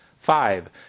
Five